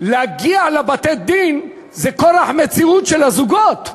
להגיע לבתי-הדין זה כורח המציאות של הזוגות.